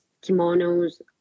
kimonos